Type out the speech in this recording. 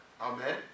Amen